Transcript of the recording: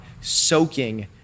soaking